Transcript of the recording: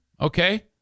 okay